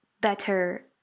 better